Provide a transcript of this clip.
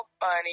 funny